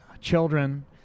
children